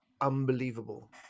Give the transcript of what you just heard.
unbelievable